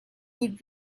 would